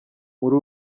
muri